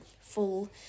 full